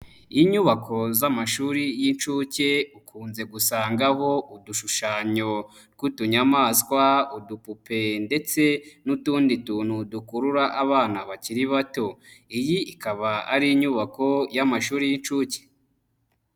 Inyubako z'amashuri y'incuke ukunze gusangaho udushushanyo tw'utunyamaswa, udupupe ndetse n'utundi tuntu dukurura abana bakiri bato, iyi ikaba ari inyubako y'amashuri y'incuke.